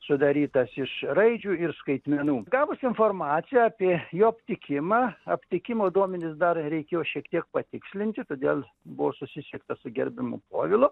sudarytas iš raidžių ir skaitmenų gavus informaciją apie jo aptikimą aptikimo duomenis dar reikėjo šiek tiek patikslinti todėl buvo susisiekta su gerbiamu povilu